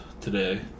today